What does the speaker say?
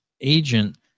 agent